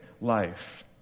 life